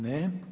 Ne.